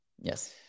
Yes